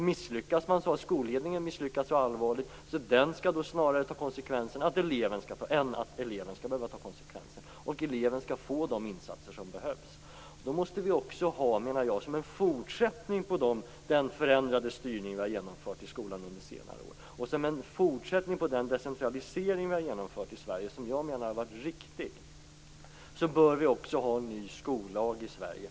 Misslyckas man så har skolledningen misslyckats så allvarligt att den skall ta konsekvenserna snarare än att eleven skall behöva ta konsekvenserna. Eleven skall få de insatser som behövs. Då måste vi också, som en fortsättning på den förändring av styrningen som vi har genomfört i skolan under senare år och som en fortsättning på den decentralisering som vi har genomfört i Sverige, och som jag menar har varit riktig, ha en ny skollag i Sverige.